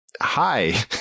Hi